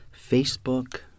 Facebook